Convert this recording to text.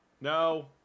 No